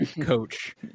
coach